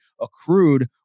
accrued